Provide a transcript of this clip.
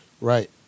Right